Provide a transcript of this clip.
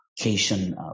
education